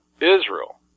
Israel